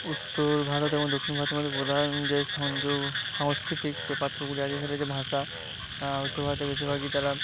উত্তর ভারত এবং দক্ষিণ ভারতের মধ্যে প্রধান যে সংযোগ সাংস্কৃতিক যে পার্থক্যগুলি আছে সেটা হচ্ছে ভাষা উত্তর ভারতে বেশিরভাগই তারা